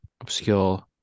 obscure